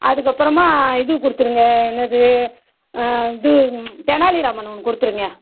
அதுக்கப்பறம்மா இது கொடுத்துருங்க என்னது இது தெனாலிராமன் ஒன்று கொடுத்துருங்க